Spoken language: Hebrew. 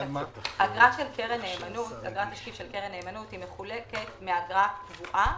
אגרת תשקיף של קרן נאמנות מחולקת מאגרה קבועה